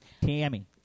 Tammy